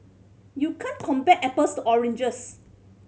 you can't compare apples to oranges